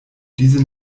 diese